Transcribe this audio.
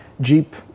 Jeep